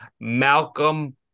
Malcolm